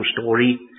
story